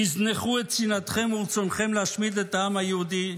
תזנחו את שנאתכם ורצונכם להשמיד את העם היהודי,